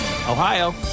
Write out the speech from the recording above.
Ohio